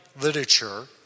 literature